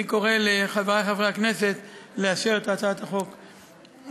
אני קורא לחברי חברי הכנסת לאשר את הצעת החוק הזאת.